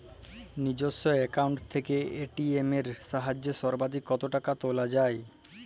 নিজস্ব অ্যাকাউন্ট থেকে এ.টি.এম এর সাহায্যে সর্বাধিক কতো টাকা তোলা যায়?